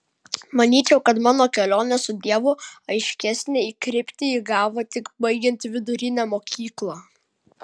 manyčiau kad mano kelionė su dievu aiškesnę kryptį įgavo tik baigiant vidurinę mokyklą